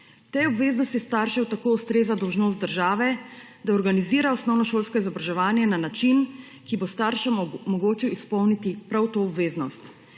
Tej obveznosti staršev tako ustreza dolžnost države, da organizira osnovnošolsko izobraževanje na način, ki bo staršem omogočil izpolniti prav to obveznost.